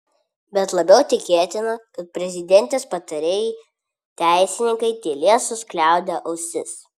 bet labiau tikėtina kad prezidentės patarėjai teisininkai tylės suskliaudę ausis